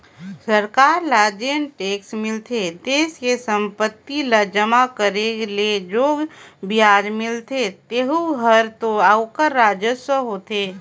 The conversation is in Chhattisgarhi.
सरकार ल जेन टेक्स मिलथे देस के संपत्ति ल जमा करे ले जो बियाज मिलथें तेहू हर तो ओखर राजस्व होथे